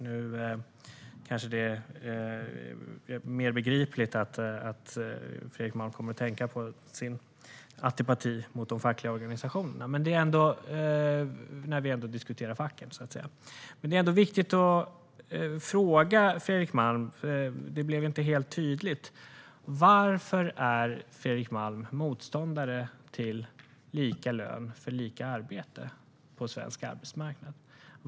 Nu kanske det är mer begripligt att Fredrik Malm kommer att tänka på sin antipati mot de fackliga organisationerna, när vi diskuterar facket, så att säga. Men det är ändå viktigt att fråga Fredrik Malm om något som inte blev helt tydligt: Varför är Fredrik Malm motståndare till lika lön för lika arbete på svensk arbetsmarknad?